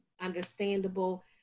understandable